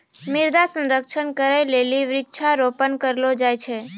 मृदा संरक्षण करै लेली वृक्षारोपण करलो जाय छै